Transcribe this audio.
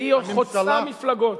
והיא חוצה מפלגות.